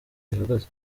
ihagaze